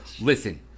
Listen